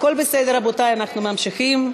הכול בסדר, רבותי, אנחנו ממשיכים,